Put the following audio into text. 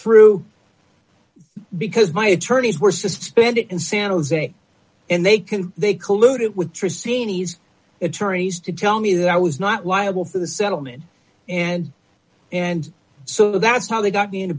through because my attorneys were suspended in san jose and they can they colluded with trysts ynys attorneys to tell me that i was not liable for the settlement and and so that's how they got me into